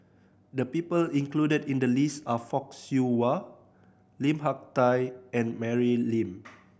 the people included in the list are Fock Siew Wah Lim Hak Tai and Mary Lim